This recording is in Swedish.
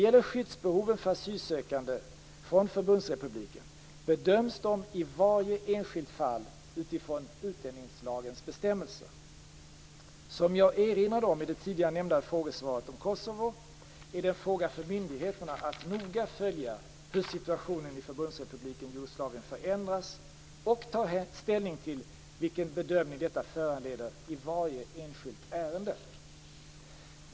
Förbundsrepubliken Jugoslavien bedöms de i varje enskilt fall utifrån utlänningslagens bestämmelser. Som jag erinrade om i det tidigare nämnda frågesvaret om Kosovo är det en fråga för myndigheterna att noga följa hur situationen i Förbundsrepubliken Jugoslavien förändras och ta ställning till vilken bedömning detta föranleder i varje enskilt ärende.